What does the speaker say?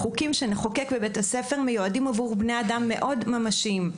החוקים שנחוקק בבית הספר מיועדים עבור בני אדם מאוד ממשיים.